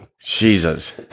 Jesus